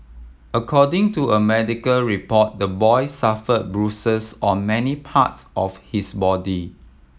according to a medical report the boy suffered bruises on many parts of his body